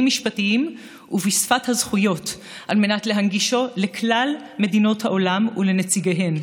משפטיים ובשפת הזכויות על מנת להנגישו לכלל מדינות העולם ולנציגיהן,